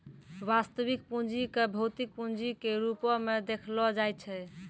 वास्तविक पूंजी क भौतिक पूंजी के रूपो म देखलो जाय छै